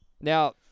now